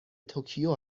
توکیو